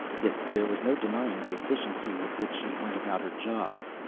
yet there was no denying the efficiency with which she went about her job.